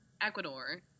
Ecuador